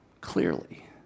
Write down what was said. clearly